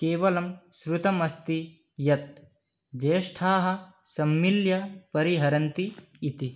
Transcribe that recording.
केवलं श्रुतमस्ति यत् ज्येष्ठाः सम्मिल्य परिहरन्ति इति